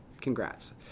congrats